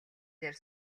дээр